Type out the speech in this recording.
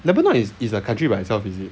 lebanon is is a country by itself is it